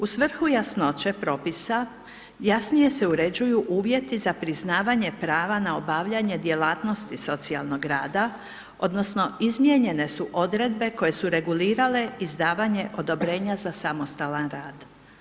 U svrhu jasnoće propisa, jasnije se uređuju uvjeti za priznavanje prava na obavljanje djelatnosti socijalnog rada, odnosno, izmjene su odredbe koje su regulirale izdavanje odobrenja za samostalna rad.